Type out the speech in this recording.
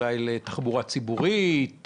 אולי לתחבורה ציבורית,